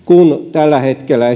tällä hetkellä